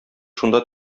шунда